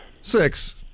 Six